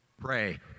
Pray